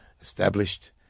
established